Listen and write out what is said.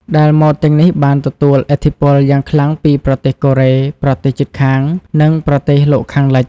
ដែលម៉ូដទាំងនេះបានទទួលឥទ្ធិពលយ៉ាងខ្លាំងពីប្រទេសកូរ៉េ ប្រទេសជិតខាង និងប្រទេសលោកខាងលិច។